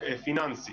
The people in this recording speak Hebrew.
הפיננסי.